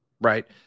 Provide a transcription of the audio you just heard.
right